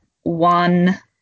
one